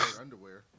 underwear